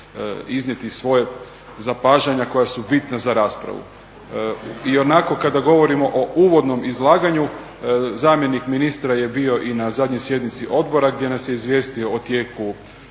iznijeti svoja zapažanja koja su bitna za raspravu. Ionako kada govorimo o uvodnom izlaganju, zamjenik ministra je bio i na zadnjoj sjednici odbora gdje nas je izvijestio o tijeku